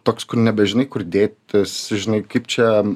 toks kur nebežinai kur dėtis žinai kaip čia